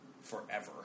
forever